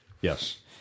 Yes